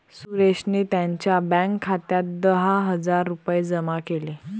सुरेशने त्यांच्या बँक खात्यात दहा हजार रुपये जमा केले